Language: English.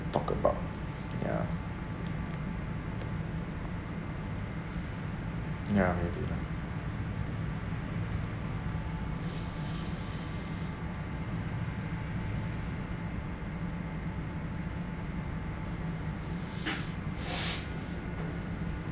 talk about ya ya maybe lah